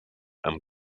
amb